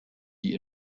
die